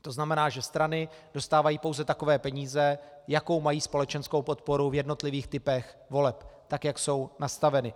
To znamená, že strany dostávají pouze takové peníze, jakou mají společenskou podporu v jednotlivých typech voleb, tak jak jsou nastaveny.